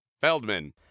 Feldman